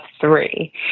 three